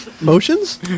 motions